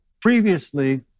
previously